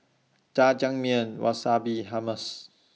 Jajangmyeon Wasabi Hummus